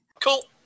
Cool